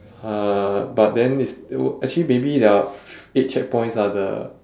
uh but then it's actually maybe there are eight checkpoints ah the